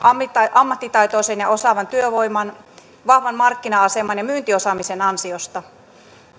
ammattitaitoisen ja osaavan työvoiman vahvan markkina aseman ja myyntiosaamisen ansiosta